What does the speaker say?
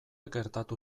gertatu